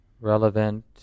relevant